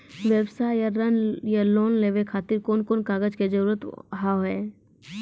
व्यवसाय ला ऋण या लोन लेवे खातिर कौन कौन कागज के जरूरत हाव हाय?